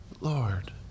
Lord